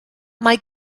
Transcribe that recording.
mae